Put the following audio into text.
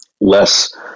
less